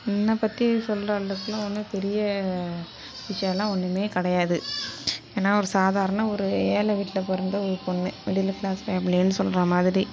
என்னைப்பத்தி சொல்கிற அளவுக்குலாம் ஒன்றும் பெரிய விஷயம்லாம் ஒன்றுமே கிடையாது ஏன்னா ஒரு சாதாரண ஒரு ஏழை வீட்டில பிறந்து ஒரு பொண்ணு மிடில் கிளாஸ் ஃபேம்லினு சொல்கிற மாதிரி